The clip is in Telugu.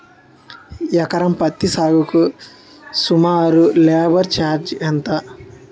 ఎకరం పత్తి సాగుకు సుమారు లేబర్ ఛార్జ్ ఎంత?